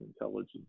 intelligence